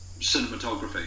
cinematography